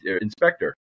inspector